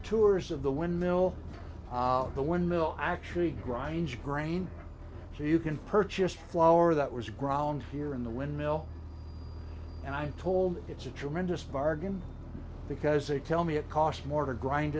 tours of the windmill the windmill actually grinds grain so you can purchase flour that was ground here in the windmill and i'm told it's a tremendous bargain because they tell me it costs more to grind